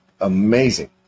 amazing